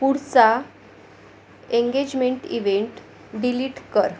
पुढचा engagement event delete कर